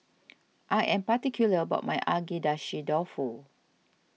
I am particular about my Agedashi Dofu